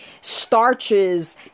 starches